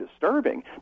disturbing